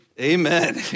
amen